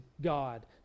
God